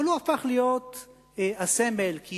אבל הוא הפך להיות הסמל, כי